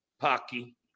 Pocky